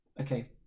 Okay